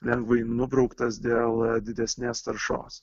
lengvai nubrauktas dėl didesnės taršos